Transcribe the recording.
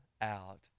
out